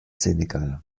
senegal